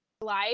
life